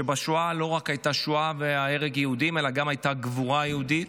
שבשואה לא הייתה רק שואה והרג יהודים אלא גם הייתה גבורה יהודית,